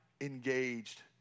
engaged